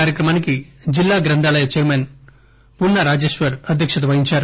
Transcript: కార్యకమానికి జిల్లా గంథాలయ చైర్మన్ పున్న రాజేశ్వర్ అధ్యక్షత వహించారు